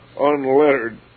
unlettered